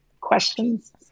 questions